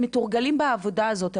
הם מתורגלים בעבודה הזאת,